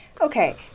Okay